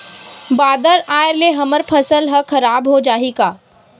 बादर आय ले हमर फसल ह खराब हो जाहि का?